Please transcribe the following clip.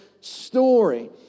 story